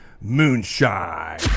Moonshine